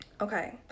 okay